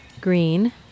green